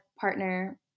partner